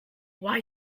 why